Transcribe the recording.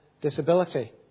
disability